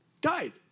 Died